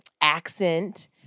accent